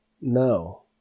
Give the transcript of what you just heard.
no